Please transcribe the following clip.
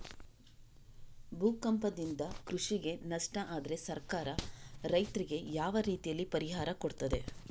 ಭೂಕಂಪದಿಂದ ಕೃಷಿಗೆ ನಷ್ಟ ಆದ್ರೆ ಸರ್ಕಾರ ರೈತರಿಗೆ ಯಾವ ರೀತಿಯಲ್ಲಿ ಪರಿಹಾರ ಕೊಡ್ತದೆ?